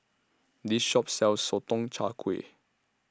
This Shop sells Sotong Char Kway